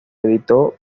editó